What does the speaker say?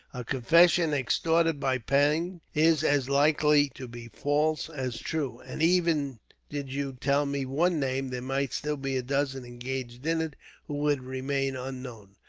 a confession extorted by pain is as likely to be false as true, and even did you tell me one name, there might still be a dozen engaged in it who would remain unknown.